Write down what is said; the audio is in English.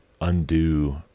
undo